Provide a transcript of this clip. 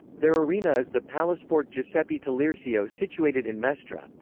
their arena is the palasport giuseppe taliercio situated in mestre.